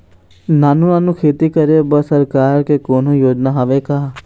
नानू नानू खेती करे बर सरकार के कोन्हो योजना हावे का?